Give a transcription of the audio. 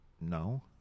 No